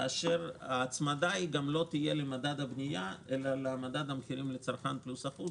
כאשר ההצמדה לא תהיה למדד הבנייה אלא למדד המחירים לצרכן פלוס 1%,